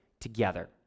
together